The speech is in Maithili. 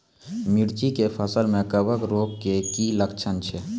मिर्ची के फसल मे कवक रोग के की लक्छण छै?